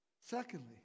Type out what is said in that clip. Secondly